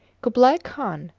kublai khan,